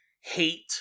hate